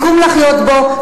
מקום לחיות בו,